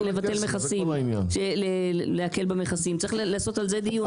להקל במכסים, צריך לעשות על זה דיון.